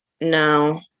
No